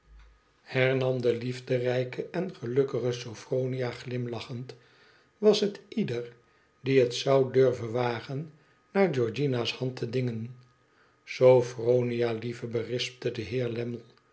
hernam de liefderijke en gelukkige sophronia ghmlachend t was het ieder die het zou durven wagen naar georgiana's hand te dingen sophronia lieve berispte de heer